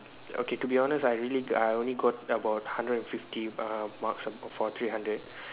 okay to be honest I really I only got about hundred and fifty uh marks for three hundred